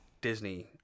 Disney